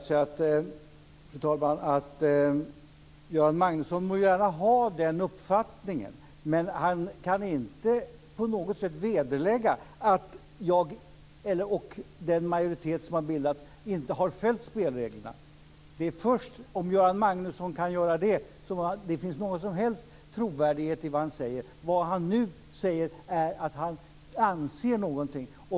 Fru talman! Göran Magnusson må gärna ha den uppfattningen. Men han kan inte på något sätt belägga att jag eller den majoritet som har bildats inte har följt spelreglerna. Det är först om Göran Magnusson kan göra det som det finns någon som helst trovärdighet i vad han säger. Vad han nu säger är att han anser någonting.